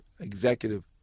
Executive